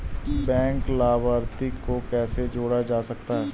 Bank लाभार्थी को कैसे जोड़ा जा सकता है?